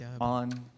on